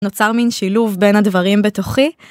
נוצר מין שילוב בין הדברים בתוכי.